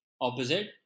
opposite